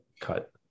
cut